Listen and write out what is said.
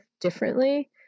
differently